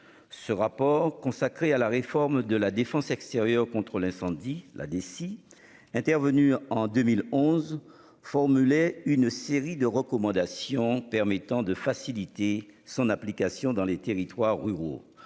Ce rapport consacré à la réforme de la défense extérieure contre l'incendie, la déci intervenu en 2011 formulé une série de recommandations permettant de faciliter son application dans les territoires ruraux